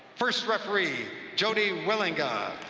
first referee, jodi wielenga,